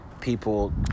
people